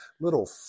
Little